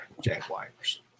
Jaguars